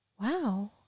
Wow